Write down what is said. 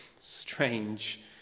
strange